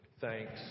Thanks